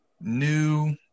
new